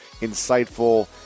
insightful